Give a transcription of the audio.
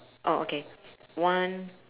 orh okay one